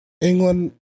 England